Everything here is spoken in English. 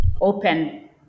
open